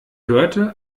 hörte